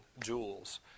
jewels